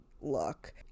look